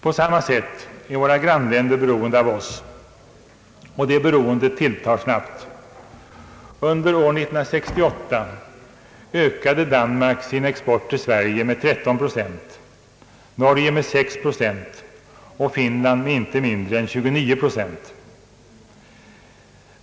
På samma sätt är våra grannländer beroende av oss. Och det beroendet tilltar snabbt. Under 1968 ökade Danmark sin export till Sverige med 13 procent, Norge med 6 procent och Finland med inte mindre än 29 procent.